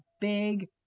big